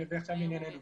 ועכשיו לענייננו: